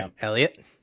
Elliot